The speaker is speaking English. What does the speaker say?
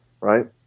right